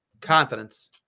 Confidence